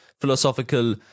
philosophical